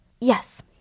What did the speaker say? Yes